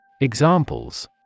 Examples